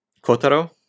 Kotaro